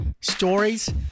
stories